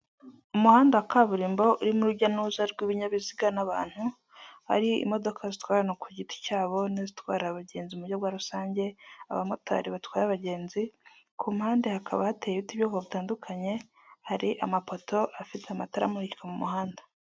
Umuhanda wa kaburimbo urimo urujya n'uruza rw'ibinyabiziga n'abantu, ari imodoka zitwara ku giti cyabo n'izitwara abagenzi mu buryo bwarusange, abamotari batwaye abagenzi ku mpande hakaba hateye ibiti by'ubwoko butandukanye, hari amapoto afite amatara amuririka mu muhanda.